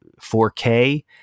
4K